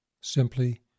Simply